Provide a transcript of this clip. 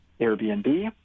Airbnb